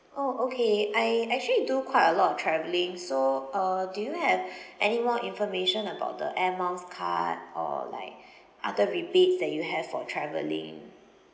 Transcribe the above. orh okay I actually do quite a lot of travelling so uh do you have anymore information about the air miles card or like other rebates that you have for travelling